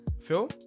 phil